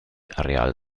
real